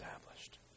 established